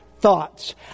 thoughts